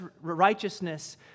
righteousness